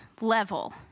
level